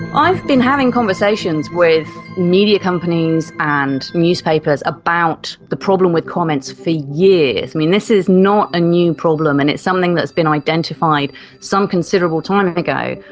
i've been having conversations with media companies and newspapers about the problem with comments for years. this is not a new problem and it's something that has been identified some considerable time and ago.